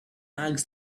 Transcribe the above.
asked